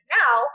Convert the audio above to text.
now